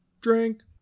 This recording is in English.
Drink